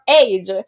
age